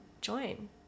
join